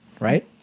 right